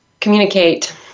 Communicate